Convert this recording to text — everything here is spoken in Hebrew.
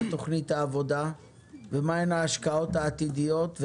מה תוכנית העבודה ומה הן ההשקעות העתידיות,